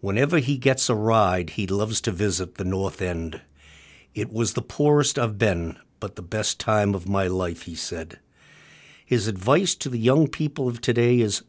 whenever he gets a ride he loves to visit the north and it was the poorest of ben but the best time of my life he said his advice to the young people of today is